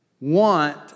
want